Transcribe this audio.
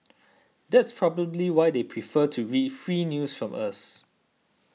that's probably why they prefer to read free news from us